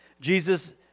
Jesus